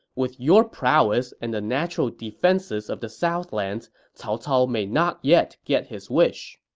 with your prowess and the natural defenses of the southlands, cao cao may not yet get his wish.